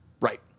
Right